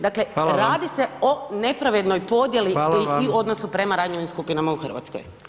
Dakle, radi se o nepravednoj podjeli i odnosu prema ranjivim skupinama u Hrvatskoj.